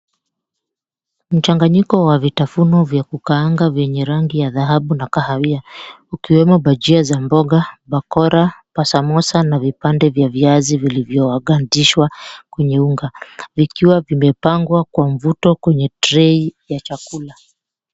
Mchanganyiko wa vitafuno vya kukaanga vyenye rangi ya dhahabu na kahawia ikiwemo bajia za mboga, bakora, samosa, na vipande vya viazi vilivyokandishwa kwenye unga vikiwa vimepangwa kwa mvuto kwenye trei ya chakula.